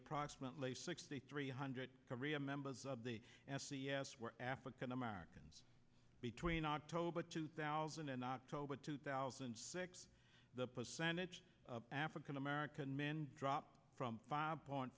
approximately sixty three hundred korea members of the s e s were african americans between october two thousand and october two thousand and six the percentage of african american men dropped from five point